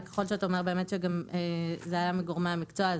וככל שאתה אומר שזה היה מגורמי המקצוע,